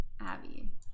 Abby